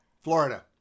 Florida